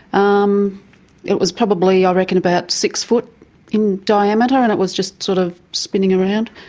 um it was probably, i reckon, about six foot in diameter and it was just sort of spinning around.